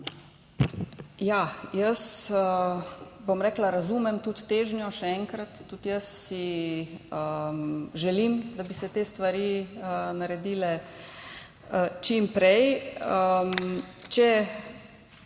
Jaz razumem tudi težnjo, še enkrat, tudi jaz si želim, da bi se te stvari naredile čim prej. Če